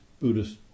Buddhist